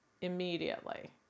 immediately